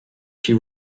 she